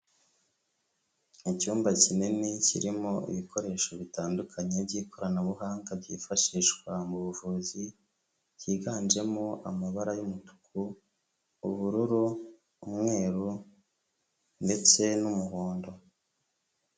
Icyumba kinini kirimo ibikoresho bitandukanye by'ikoranabuhanga byifashishwa mu buvuzi byiganjemo amabara y’umutuku ,ubururu ,umweru ndetse n'umuhondo.